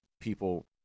people